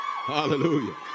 Hallelujah